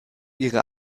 ihrer